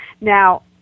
Now